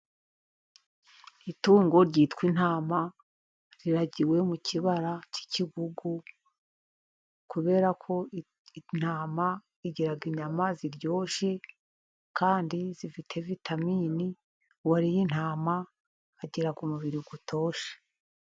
Itungo ryitwa intama riragiwe mu kibara cy'ikigugu, kubera ko intama igira inyama ziryoshye kandi zifite vitamini, uwariye intama agira umubiri utoshye.